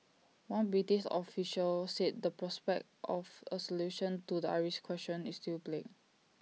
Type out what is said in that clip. one British official said the prospect of A solution to the Irish question is still bleak